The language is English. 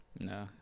No